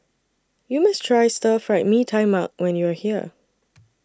YOU must Try Stir Fried Mee Tai Mak when YOU Are here